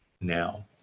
now